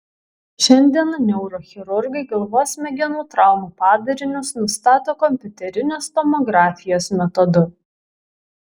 šiandien neurochirurgai galvos smegenų traumų padarinius nustato kompiuterinės tomografijos metodu